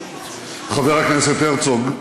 חבר הכנסת הרצוג,